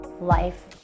life